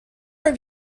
have